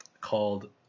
called